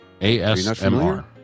ASMR